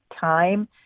time